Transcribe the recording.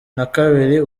nakabiri